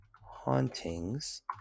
Hauntings